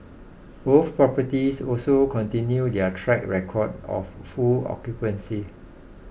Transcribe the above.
both properties also continued their track record of full occupancy